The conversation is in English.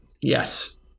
yes